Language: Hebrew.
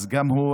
אז גם הוא,